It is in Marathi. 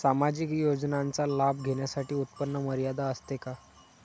सामाजिक योजनांचा लाभ घेण्यासाठी उत्पन्न मर्यादा असते का?